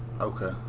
Okay